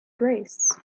grace